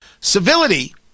Civility